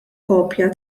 kopja